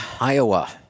Iowa